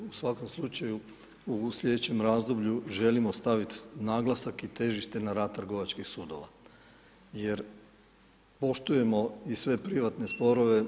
U svakom slučaju u sljedećem razdoblju želimo staviti naglasak i težište na rad trgovačkih sudova jer poštujemo i sve privatne sporove.